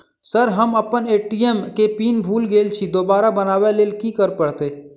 Sir हम अप्पन ATM केँ पिन भूल गेल छी दोबारा बनाबै लेल की करऽ परतै?